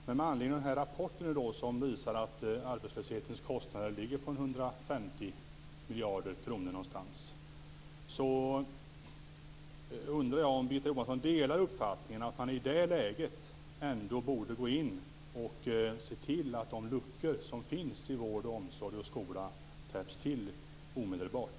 Men med anledning av den här rapporten i dag som visar att kostnaden för arbetslösheten ligger på 150 miljarder undrar jag om Birgitta Johansson delar uppfattningen att man i det läget ändå borde gå in och se till att de luckor som finns i vård, omsorg och skola täpps till omedelbart.